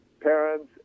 parents